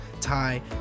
Thai